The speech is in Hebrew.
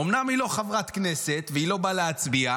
אומנם היא לא חברת כנסת והיא לא באה להצביע,